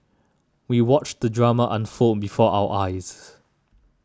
we watched the drama unfold before our eyes